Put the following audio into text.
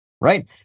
right